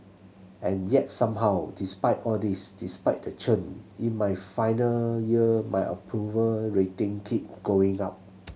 and yet somehow despite all this despite the churn in my final year my approval rating keep going up